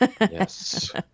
Yes